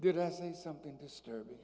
did i say something disturbing